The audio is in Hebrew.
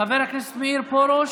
חבר מאיר פרוש,